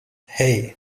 hey